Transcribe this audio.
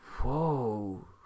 whoa